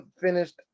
finished